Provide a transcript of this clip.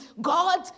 God